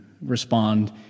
respond